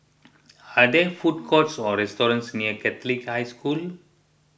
are there food courts or restaurants near Catholic High School